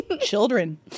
Children